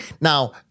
Now